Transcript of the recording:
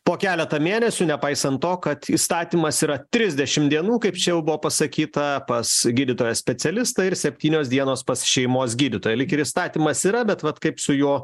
po keletą mėnesių nepaisant to kad įstatymas yra trisdešim dienų kaip čia jau buvo pasakyta pas gydytoją specialistą ir septynios dienos pas šeimos gydytoją lyg ir įstatymas yra bet vat kaip su jo